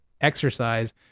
exercise